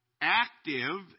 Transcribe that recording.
active